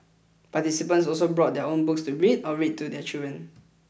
participants also brought their own books to read or read to their children